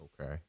Okay